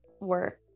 work